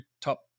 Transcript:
top